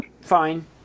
fine